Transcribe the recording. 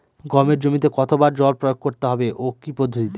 গমের জমিতে কতো বার জল প্রয়োগ করতে হবে ও কি পদ্ধতিতে?